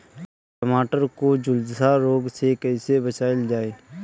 टमाटर को जुलसा रोग से कैसे बचाइल जाइ?